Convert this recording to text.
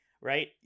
right